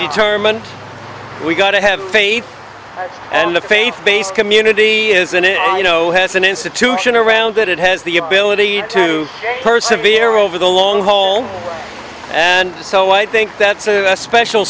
determined we're going to have faith and the faith based community is in it you know has an institution around it it has the ability to her severe over the long haul and so i think that's a special